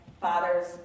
father's